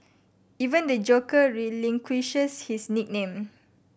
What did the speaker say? even the Joker relinquishes his nickname